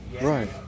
Right